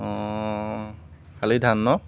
শালি ধান ন